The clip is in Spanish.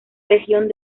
legión